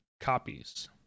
copies